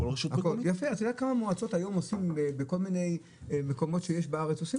אתה יודע כמה מועצות היום עושות בכל מיני מקומות שיש בארץ עושים